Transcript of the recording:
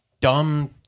dumb